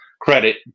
credit